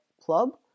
Club